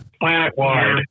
planet-wide